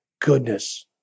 goodness